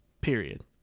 period